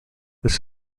this